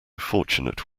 fortunate